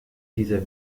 dieser